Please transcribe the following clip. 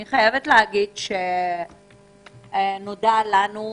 אני חייבת להגיד שנודע לנו,